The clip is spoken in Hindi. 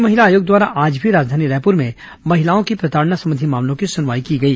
राज्य महिला आयोग द्वारा आज भी राजधानी रायपुर में महिलाओं की प्रताड़ना संबंधी मामलों की सुनवाई की गई